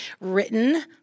written